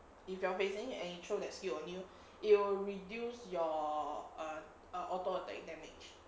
if you are facing and he throw that skill on you it will reduce your err err auto attack damage